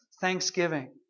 thanksgiving